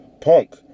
Punk